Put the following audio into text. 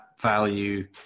value